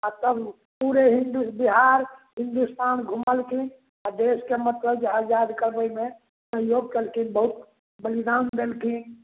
आ तब पुरे हिन्दू बिहार हिन्दुस्तान घुमलखिन आ देशके मतलब जे आजाद करबैमे सहयोग कयलखिन बहुत बलिदान देलखिन